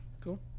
Cool